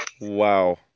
Wow